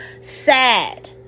sad